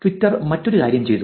Twitter മറ്റൊരു കാര്യം ചെയ്തു